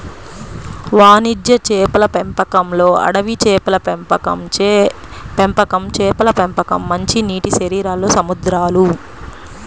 వాణిజ్య చేపల పెంపకంలోఅడవి చేపల పెంపకంచేపల పెంపకం, మంచినీటిశరీరాల్లో సముద్రాలు